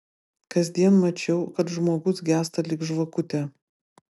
kasdien mačiau kad žmogus gęsta lyg žvakutė